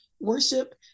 worship